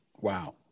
Wow